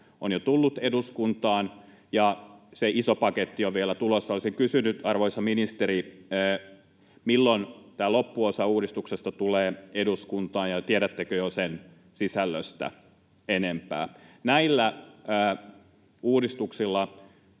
on jo tullut eduskuntaan, ja se iso paketti on vielä tulossa. Olisin kysynyt, arvoisa ministeri: milloin tämä loppuosa uudistuksesta tulee eduskuntaan, ja tiedättekö jo sen sisällöstä enempää? Näillä uudistuksilla